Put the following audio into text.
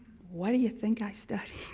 what do you think i studied?